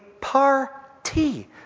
party